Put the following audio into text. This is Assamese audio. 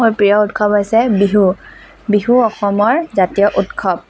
মোৰ প্ৰিয় উৎসৱ হৈছে বিহু বিহু অসমৰ জাতীয় উৎসৱ